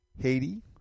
Haiti